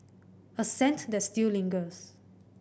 a scent that still lingers